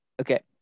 Okay